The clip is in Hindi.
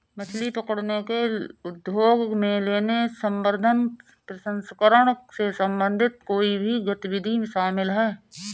मछली पकड़ने के उद्योग में लेने, संवर्धन, प्रसंस्करण से संबंधित कोई भी गतिविधि शामिल है